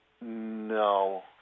No